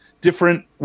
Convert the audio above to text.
different